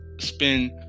spend